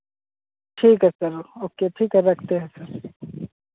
ठीक है sir okay ठीक है रखते हैं सर